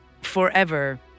forever